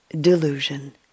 delusion